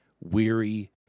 weary